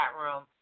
room